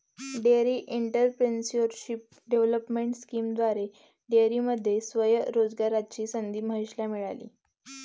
dairy entrepreneurship development स्कीमद्वारे डेअरीमध्ये स्वयं रोजगाराची संधी महेशला मिळाली